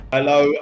Hello